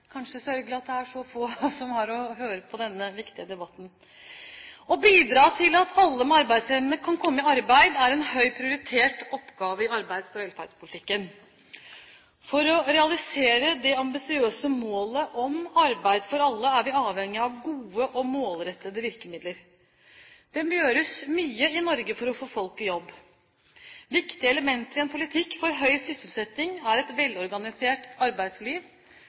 kanskje er sørgelig at det er så få som er her og hører på denne viktige debatten. Å bidra til at alle med arbeidsevne kan komme i arbeid, er en høyt prioritert oppgave i arbeids- og velferdspolitikken. For å realisere det ambisiøse målet om Arbeid for alle er vi avhengige av gode og målrettede virkemidler. Det gjøres mye i Norge for å få folk i jobb. Viktige elementer i en politikk for høy sysselsetting er et velorganisert arbeidsliv,